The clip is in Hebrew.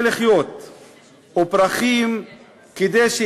כדי לחיות,